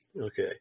Okay